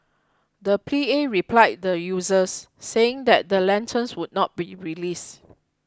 the P A replied the users saying that the lanterns would not be released